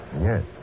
Yes